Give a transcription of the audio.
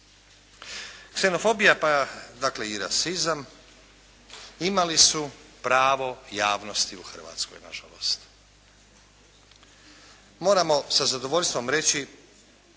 Ksenofobija pa dakle i rasizam imali su pravo javnosti u Hrvatskoj na žalost. Moramo sa zadovoljstvom reći